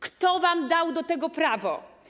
Kto wam dał do tego prawo?